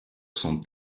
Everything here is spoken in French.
son